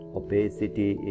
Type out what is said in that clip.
obesity